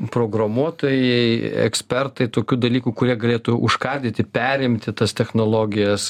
programuotojai ekspertai tokių dalykų kurie galėtų užkardyti perimti tas technologijas